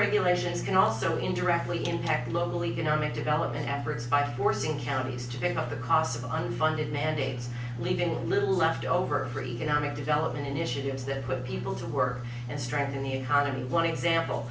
regulations can also indirectly impact local economic development efforts by forcing counties to pick up the cost of unfunded mandates leaving little left over for economic development initiatives that put people to work and strengthen the economy one example